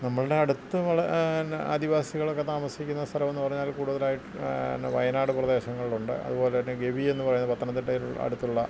നമ്മൾടെ അടുത്ത് വള ആദിവാസികളൊക്കെ താമസിക്കുന്ന സ്ഥലം എന്ന് പറഞ്ഞാൽ കൂടുതലായി വയനാട് പ്രദേശങ്ങളുണ്ട് അതുപൊലെ തന്നെ ഗവി എന്ന് പറയുന്ന പത്തനംതിട്ടയിലുള്ള അടുത്തുള്ള